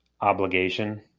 obligation